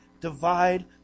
divide